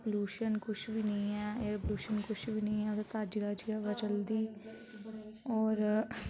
pollution कुछ बी नी ऐ एयर पलुशन कुछ बी नी ऐ उत्थैं ताजी ताजी हवा चलदी होर